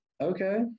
Okay